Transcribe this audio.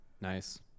Nice